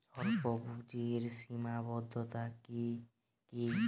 স্বল্পপুঁজির সীমাবদ্ধতা কী কী?